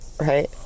right